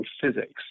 physics